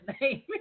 name